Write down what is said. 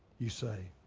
you say,